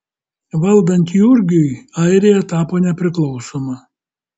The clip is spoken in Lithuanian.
valdant jurgiui airija tapo nepriklausoma